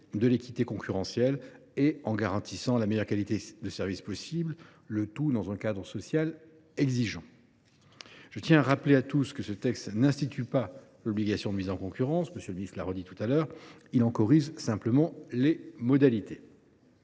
de l’équité concurrentielle et en assurant la meilleure qualité de service possible, le tout dans un cadre social exigeant. Je tiens à rappeler à tous que ce texte n’institue pas l’obligation de mise en concurrence, comme l’a souligné M. le ministre. Il en corrige simplement les modalités.